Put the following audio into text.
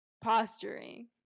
posturing